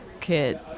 kid